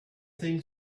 thing